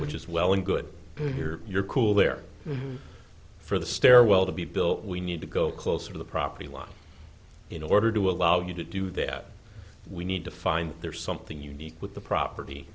which is well and good your cool there for the stairwell to be built we need to go closer to the property line in order to allow you to do that we need to find there something unique with the property